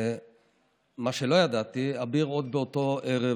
מה שלא ידעתי, אביר עוד באותו ערב